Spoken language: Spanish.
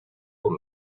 por